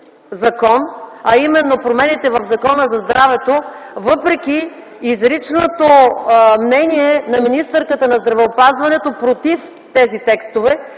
а именно промените в Закона за здравето, въпреки изричното мнение на министъра на здравеопазването против тези текстове,